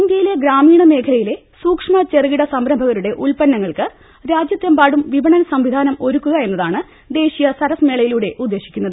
ഇന്ത്യയിലെ ഗ്രാമീണ മേഖലയിലെ സൂക്ഷ്മ ചെറുകിട്ട സ്ംരംഭകരുടെ ഉത്പന്നങ്ങൾക്ക് രാജ്യത്തെമ്പാടും വിപണ്ന സംവിധാനം ഒരുക്കുക എന്നതാണ് ദേശീയ സരസ് മേളയിലൂടെ ഉദ്ദേശിക്കുന്നത്